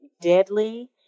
deadly